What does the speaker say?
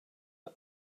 for